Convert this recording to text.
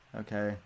okay